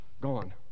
Gone